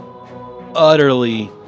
utterly